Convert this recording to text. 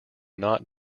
not